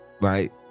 right